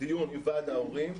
דיון עם ועד ההורים.